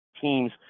teams